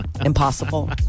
Impossible